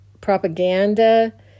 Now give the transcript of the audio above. propaganda